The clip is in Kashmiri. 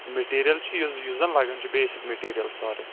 میٹیٖرِیَل چھُ یُس زَن لَگَان چھُ بیٚسِک میٹیٖرِیَل سورُے